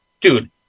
dude